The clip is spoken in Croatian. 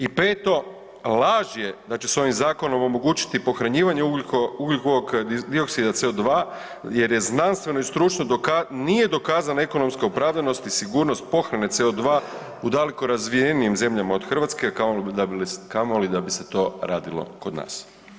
I peto, laž je da će se ovim zakonom omogućiti pohranjivanje ugljikovog dioksida CO2 jer je znanstveno i stručno dokazano, nije dokazana ekonomska opravdanost i sigurnost pohrane CO2 u daleko razvijenijim zemljama od Hrvatske kamoli da bi se to radilo kod nas.